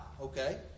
Okay